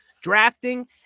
Drafting